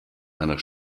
einer